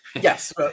yes